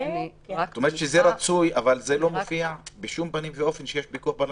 את אומרת שזה רצוי אבל לא מופיע שיש פיקוח פרלמנטרי.